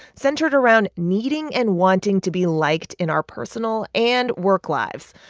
centered around needing and wanting to be liked in our personal and work lives.